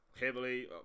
heavily